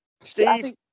Steve